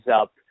up